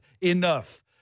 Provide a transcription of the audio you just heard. enough